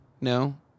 No